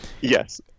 Yes